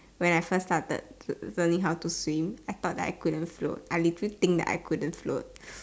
when I first started learning how to swim I thought that I couldn't float I literally think that I couldn't float